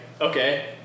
okay